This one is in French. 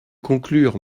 conclure